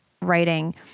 writing